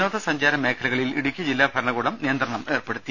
വിനോദ സഞ്ചാര മേഖലകളിൽ ഇടുക്കി ജില്ലാ ഭരണകൂടം നിയന്ത്രണ മേർപെടുത്തി